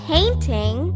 Painting